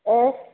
ഏ